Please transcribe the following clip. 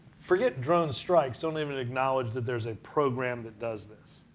forget drone strikes, don't even acknowledge that there's a program that does this.